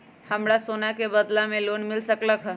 हमरा सोना के बदला में लोन मिल सकलक ह?